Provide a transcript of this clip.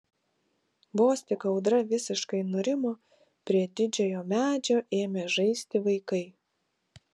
vos tik audra visiškai nurimo prie didžiojo medžio ėmė žaisti vaikai